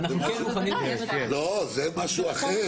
ואנחנו כן מוכנים --- לא, זה משהו אחר.